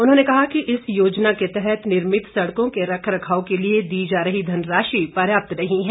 उन्होंने कहा कि इस योजना के तहत निर्मित सड़कों के रखरवाव के लिए दी जा रही धनराशि पर्याप्त नहीं है